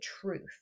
truth